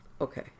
Okay